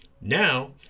Now